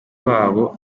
wabo